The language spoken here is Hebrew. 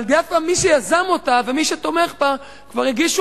אבל דווקא מי שיזם אותה ומי שתומך בה כבר הגישו